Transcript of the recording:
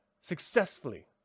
successfully